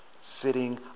sitting